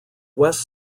west